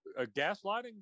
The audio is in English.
gaslighting